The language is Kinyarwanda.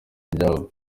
ibyabo